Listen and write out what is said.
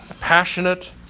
passionate